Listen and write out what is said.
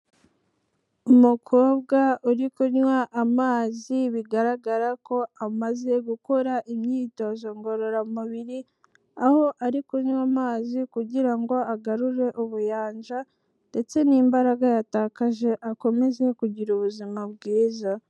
Umukobwa uri kunywa amazi bigaragara ko amaze gukora imyitozo ngororamubiri, aho ari kunywa amazi kugira ngo agarure ubuyanja ndetse n'imbaraga yatakaje akomeze kugira ubuzima bwiza.